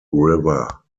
river